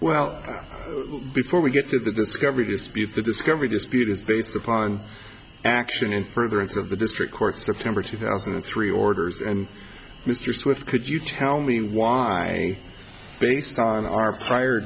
well before we get to the discovery dispute the discovery dispute is based upon action in furtherance of a district court september two thousand and three orders and mr swift could you tell me why based on our prior